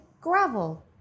gravel